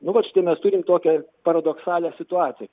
nu vat štai mes turim tokią paradoksalią situaciją